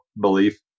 belief